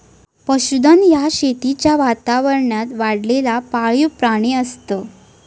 पशुधन ह्या शेतीच्या वातावरणात वाढलेला पाळीव प्राणी असत